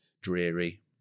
dreary